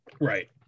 Right